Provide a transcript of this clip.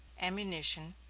ammunition,